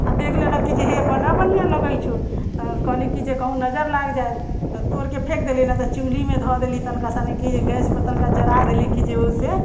आओर देख लेलक कि जे हे बड़ा बन्हिआ लगै छौ तऽ कहली कि जे कहुँ नजरि लागि जायत तऽ तोड़िके फेक देली नहि तऽ चुल्हिमे धऽ देली तनिका सनि कि जे गैसपर तनिका जड़ा देली कि जे ओइसँ